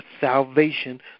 salvation